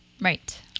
Right